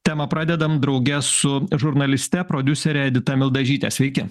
temą pradedam drauge su žurnaliste prodiusere edita mildažyte sveiki